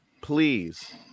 please